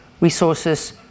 resources